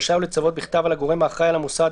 רשאי הוא לצוות בכתב על הגורם האחראי על המוסד,